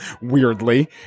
weirdly